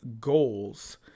goals